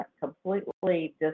completely